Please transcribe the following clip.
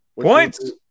Points